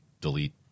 delete